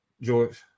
George